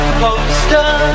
poster